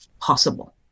possible